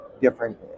different